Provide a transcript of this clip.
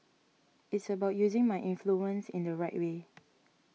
it's about using my influence in the right way